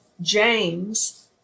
James